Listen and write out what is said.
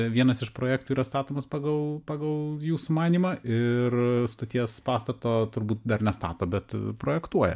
vienas iš projektų yra statomas pagal pagal jų sumanymą ir stoties pastato turbūt dar nestato bet projektuoja